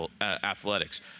Athletics